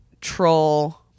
troll